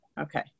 okay